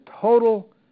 total